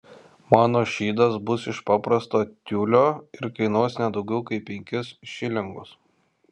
mano šydas bus iš paprasto tiulio ir kainuos ne daugiau kaip penkis šilingus